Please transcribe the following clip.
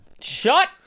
Shut